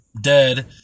dead